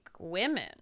women